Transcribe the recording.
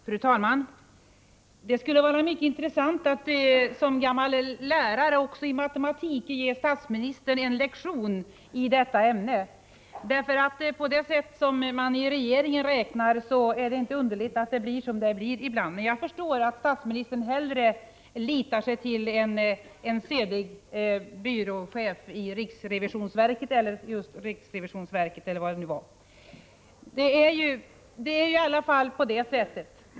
Fru talman! Det skulle vara mycket intressant att som gammal lärare bl.a. i matematik ge statsministern en lektion i detta ämne, för med det sätt som man i regeringen räknar på är det inte underligt att det blir som det blir ibland. Men jag förstår att statsministern hellre litar till en sedig byråchef i riksrevisionsverket eller vad det nu var för verk.